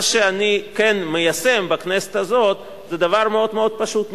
מה שאני כן מיישם בכנסת הזאת זה דבר מאוד מאוד פשוט,